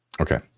Okay